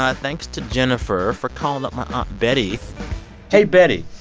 ah thanks to jenifer for calling up my aunt betty hey, betty.